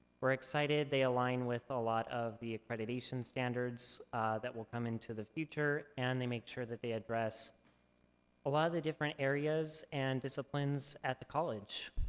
we're excited they align with a lot of the accreditation standards that will come into the future, and they make sure that they address a lot of the different areas and disciplines at the college.